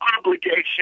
obligation